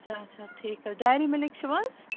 اچھا اچھا ٹھیٖک حظ ڈایری مِلِک چھِو حظ